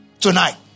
tonight